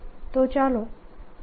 તો ચાલો તે જોઈએ